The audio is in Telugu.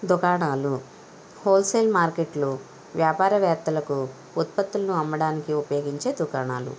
దుకాణాలు హోల్ సేల్ మార్కెట్లు వ్యాపారవేత్తలకు ఉత్పత్తులను అమ్మడానికి ఉపయోగించే దుకాణాలు